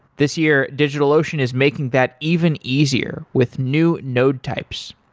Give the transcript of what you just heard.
this year, digitalocean is making that even easier with new node types.